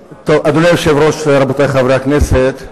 היושב-ראש, רבותי חברי הכנסת,